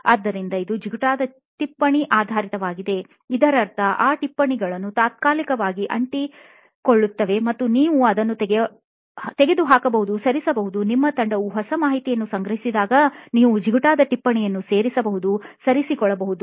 ಆದ್ದರಿಂದ ಇದು ಜಿಗುಟಾದ ಟಿಪ್ಪಣಿ ಆಧಾರಿತವಾಗಿದೆಇದರರ್ಥ ಆ ಟಿಪ್ಪಣಿಗಳು ತಾತ್ಕಾಲಿಕವಾಗಿ ಅಂಟಿಕೊಳ್ಳುತ್ತವೆ ಮತ್ತು ನೀವು ಅದನ್ನು ತೆಗೆದುಹಾಕಬಹುದುಸರಿಸಬಹುದು ನಿಮ್ಮ ತಂಡವು ಹೊಸ ಮಾಹಿತಿಯನ್ನು ಸಂಗ್ರಹಿಸಿದಾಗ ನೀವು ಜಿಗುಟಾದ ಟಿಪ್ಪಣಿಯನ್ನು ಸೇರಿಸಬಹುದು ಸರಿಸಿ ಗೊಳಿಸಬಹುದು